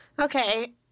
Okay